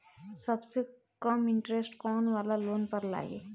सबसे कम इन्टरेस्ट कोउन वाला लोन पर लागी?